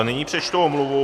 Nyní přečtu omluvu.